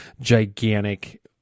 gigantic